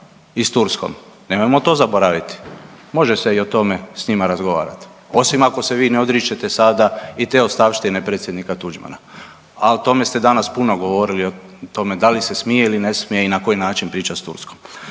i s Turskom, nemojmo to zaboraviti, može se i o tome s njima razgovarati, osim ako se vi ne odričete sada i te ostavštine predsjednika Tuđmana. A o tome ste danas puno govorili o tome da li se smije ili ne smije i na koji način pričati s Turskom.